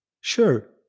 Sure